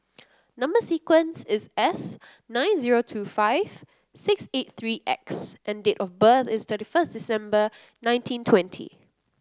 number sequence is S nine zero two five six eight three X and date of birth is thirty first December nineteen twenty